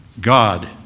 God